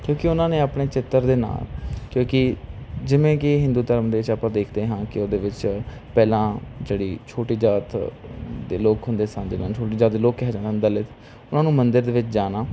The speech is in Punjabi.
ਕਿਉਂਕਿ ਉਨ੍ਹਾਂ ਨੇ ਆਪਣੇ ਚਿੱਤਰ ਦੇ ਨਾਲ ਕਿਉਂਕਿ ਜਿਵੇਂ ਕਿ ਹਿੰਦੂ ਧਰਮ ਦੇ ਵਿੱਚ ਆਪਾਂ ਦੇਖਦੇ ਹਾਂ ਕਿ ਉਹਦੇ ਵਿੱਚ ਪਹਿਲਾਂ ਜਿਹੜੀ ਛੋਟੀ ਜਾਤ ਦੇ ਲੋਕ ਹੁੰਦੇ ਸਨ ਜਿਨ੍ਹਾਂ ਨੂੰ ਛੋਟੀ ਜਾਤ ਦੇ ਲੋਕ ਕਿਹਾ ਜਾਂਦਾ ਦਲਿਤ ਉਨ੍ਹਾਂ ਨੂੰ ਮੰਦਰ ਦੇ ਵਿੱਚ ਜਾਣਾ